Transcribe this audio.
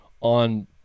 on